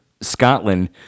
Scotland